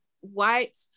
white